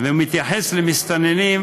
הוא מתייחס למסתננים.